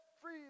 free